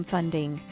Funding